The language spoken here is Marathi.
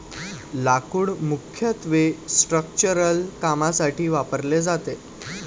लाकूड मुख्यत्वे स्ट्रक्चरल कामांसाठी वापरले जाते